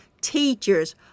teachers